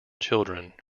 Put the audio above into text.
children